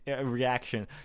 reaction